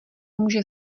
může